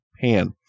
pan